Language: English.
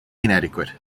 inadequate